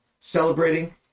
celebrating